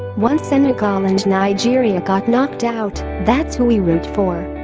once senegal and nigeria got knocked out, that's who we root for.